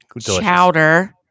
chowder